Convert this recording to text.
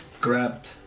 grabbed